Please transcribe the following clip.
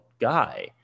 guy